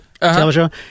television